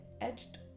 edged